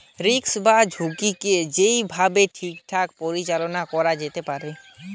risk বা ঝুঁকিকে যেই ভাবে ঠিকঠাক পরিচালনা করা যেতে পারে